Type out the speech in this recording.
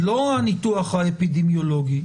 לא הניתוח האפידמיולוגי,